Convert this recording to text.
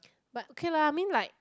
but okay lah I mean like